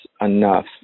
enough